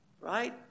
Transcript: right